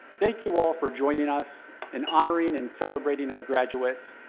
thank you all for joining us in honoring and celebrating our graduates,